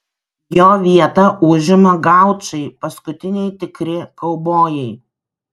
jo vietą užima gaučai paskutiniai tikri kaubojai